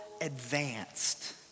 advanced